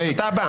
אתה הבא.